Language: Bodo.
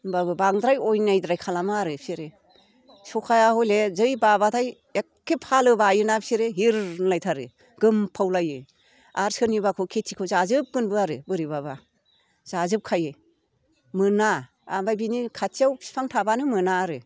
होनबाबो बांद्राय अन्यायद्राय खालामा आरो बिसोरो सखाया हले जै बाबाथाय एखे फालो बायोना बिसोरो हिर होनलायथारो गोमफावलायो आरो सोरनिबाखौ खेतिखौ जाजोबगोनबो आरो बोरैबाबा जाजोबखायो मोना ओमफ्राय बिनि खाथियाव बिफां थाबानो मोना आरो